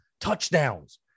touchdowns